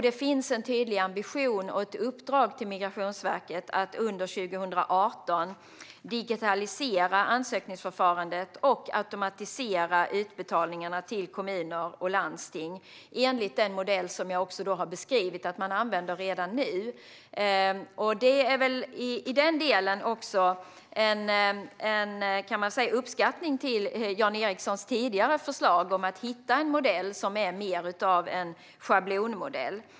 Det finns en tydlig ambition och ett uppdrag till Migrationsverket att under 2018 digitalisera ansökningsförfarandet och automatisera utbetalningarna till kommuner och landsting enligt den modell som jag beskrev att man redan nu använder. I den delen är det väl en uppskattning av Jan Ericsons tidigare förslag om att hitta ett slags schablonmodell.